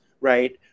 right